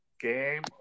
Game